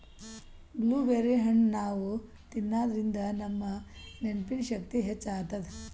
blueberry ಹಣ್ಣ್ ನಾವ್ ತಿನ್ನಾದ್ರಿನ್ದ ನಮ್ ನೆನ್ಪಿನ್ ಶಕ್ತಿ ಹೆಚ್ಚ್ ಆತದ್